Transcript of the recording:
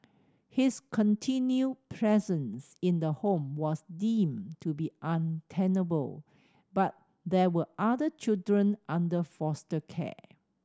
his continued presence in the home was deemed to be untenable but there were other children under foster care